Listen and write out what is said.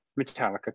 Metallica